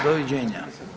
Doviđenja!